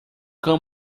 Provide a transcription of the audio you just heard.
cão